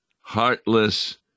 heartless